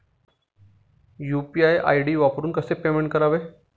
UPI ID वापरून कसे payment करावे?